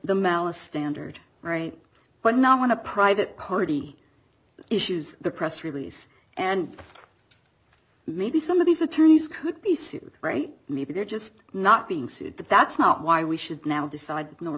the malice standard right but not want to private party issues the press release and maybe some of these attorneys could be sued right maybe they're just not being sued but that's not why we should now decide n